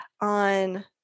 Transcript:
on